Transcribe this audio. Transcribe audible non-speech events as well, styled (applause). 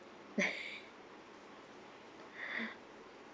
(laughs)